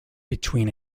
between